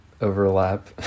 overlap